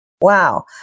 Wow